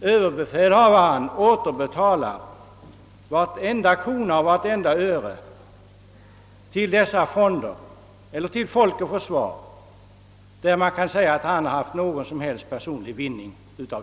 överbefälhavaren till dessa fonder eller till Folk och Försvar återbetalar varenda krona och vartenda öre som man kan säga att han har haft någon som helst personlig vinning av.